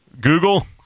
Google